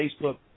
facebook